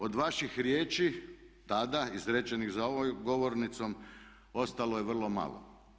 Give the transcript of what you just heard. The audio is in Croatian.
Od vaših riječi tada, izrečenih za ovom govornicom ostalo je vrlo malo.